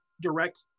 direct